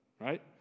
right